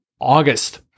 August